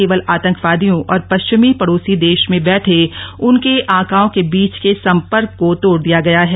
केवल आतंकवादियों और पश्चिमी पड़ोसी देश में बैठे उनके आकाओं के बीच के संपर्क को तोड़ दिया गया है